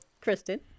Kristen